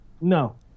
No